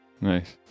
Nice